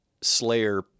Slayer